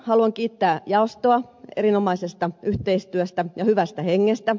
haluan kiittää jaostoa erinomaisesta yhteistyöstä ja hyvästä hengestä